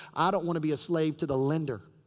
i don't want to be a slave to the lender.